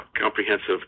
comprehensive